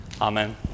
amen